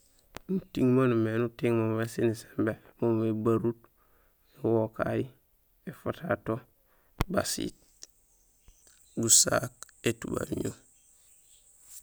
Muting maan umimé éni uting mo, mo béséni simbé: mo moomé barut, fuwokay, fufatato, basiit, gusaak, étubabuñee.